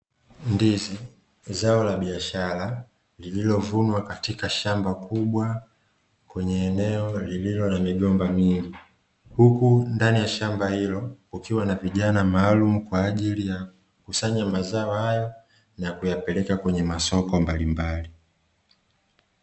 Ndizi zao la biashara lililovunwa katika shamba kubwa kwenye eneo lililo na migomba mingi. Huku ndani ya shamba hilo kukiwa na vijana maalumu kwa ajili ya kukusanya mazao hayo na kuyapeleka kwenye masoko mbalimbali.